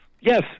yes